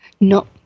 No